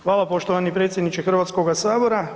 Hvala poštovani predsjedniče HS-a.